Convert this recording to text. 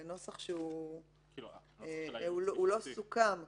זה נוסח שלא סוכם.